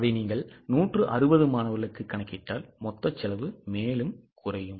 இப்போது நீங்கள் 160 மாணவர்களுக்கு கணக்கிட்டால் மொத்த செலவு மேலும் குறையும்